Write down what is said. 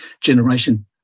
generation